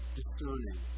discerning